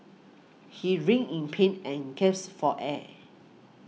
he writhed in pain and gaps for air